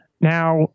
Now